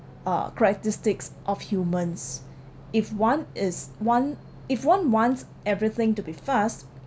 uh characteristics of humans if one is one if one wants everything to be fast